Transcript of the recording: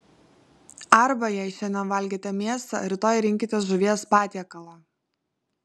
arba jei šiandien valgėte mėsą rytoj rinkitės žuvies patiekalą